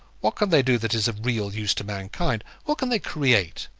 what can they do that is of real use to mankind? what can they create?